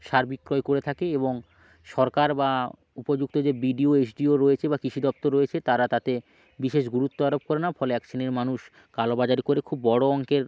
সার বিক্রয় করে থাকে এবং সরকার বা উপযুক্ত যে বিডিও এসডিও রয়েছে বা কৃষি দপ্তর রয়েছে তারা তাতে বিশেষ গুরুত্ব আরোপ করে না ফলে এক শ্রেণীর মানুষ কালোবাজারি করে খুব বড় অঙ্কের